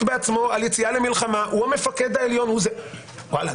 בעצמו על יציאה למלחמה; הוא המפקד העליון וואלה,